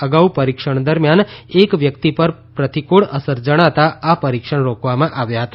અગાઉ પરીક્ષણ દરમિયાન એક વ્યક્તિ પર પ્રતિક્રળ અસર જણાતા આ પરીક્ષણ રોકવામાં આવ્યા હતા